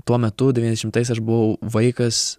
tuo metu devyniasdešimtais aš buvau vaikas